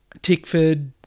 Tickford